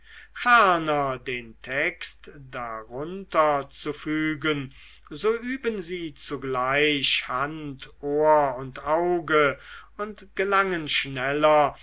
den text darunterzufügen so üben sie zugleich hand ohr und auge und gelangen schneller